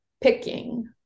picking